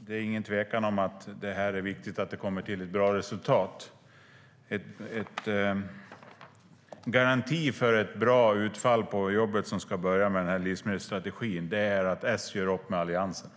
det är ingen tvekan om att det är viktigt att det blir ett bra resultat. En garanti för ett bra utfall på det jobb som ska börja med livsmedelsstrategin är att S gör upp med Alliansen.